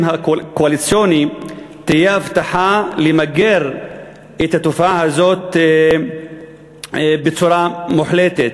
הקואליציוני תהיה הבטחה למגר את התופעה הזאת בצורה מוחלטת.